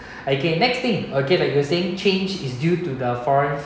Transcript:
okay next thing okay that you were saying change is due to the foreign